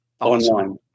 online